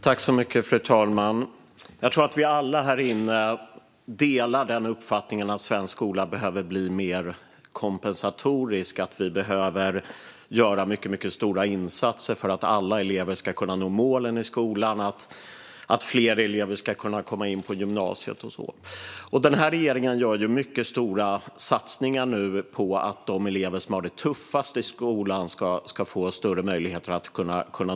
Fru talman! Jag tror att vi alla här inne delar uppfattningen att svensk skola behöver bli mer kompensatorisk och att vi behöver göra mycket stora insatser för att alla elever ska kunna nå målen i skolan, att fler elever ska kunna komma in på gymnasiet och så vidare. Regeringen gör nu mycket stora satsningar på att de elever som har det tuffast i skolan ska få större möjligheter att nå målen.